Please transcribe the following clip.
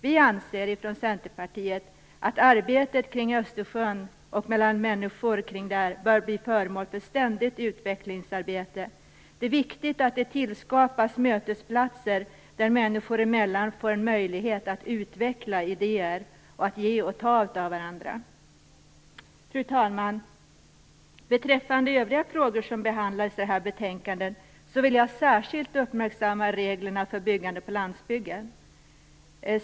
Vi i Centerpartiet anser att arbetet kring Östersjön och mellan människor där bör bli föremål för ett ständigt utvecklingsarbete. Det är viktigt att det tillskapas mötesplatser där människor sinsemellan får möjlighet att utveckla idéer och att ge och ta av varandra. Fru talman! Beträffande övriga frågor som behandlas i detta betänkande vill jag särskilt uppmärksamma reglerna för byggande på landsbygden.